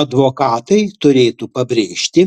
advokatai turėtų pabrėžti